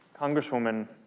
Congresswoman